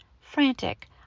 frantic